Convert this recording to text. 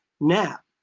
nap